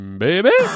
baby